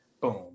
Boom